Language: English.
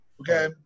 Okay